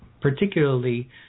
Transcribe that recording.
particularly